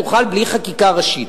תוכל בלי חקיקה ראשית.